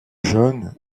jeunes